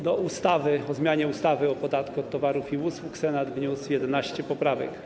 Do ustawy o zmianie ustawy o podatku od towarów i usług Senat wniósł 11 poprawek.